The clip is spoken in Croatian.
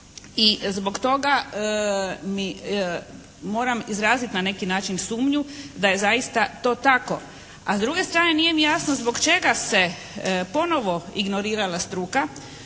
I zbog toga moram izraziti na neki način sumnju da je zaista to tako. A s druge strane nije mi jasno zbog čega se ponovo ignorirala struka,